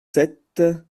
sept